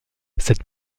cette